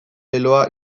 leloa